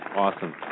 Awesome